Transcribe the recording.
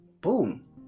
boom